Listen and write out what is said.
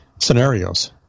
Scenarios